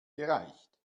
gereicht